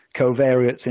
covariates